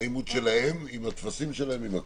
אימות שלהם עם הטפסים שלהם ועם הכול.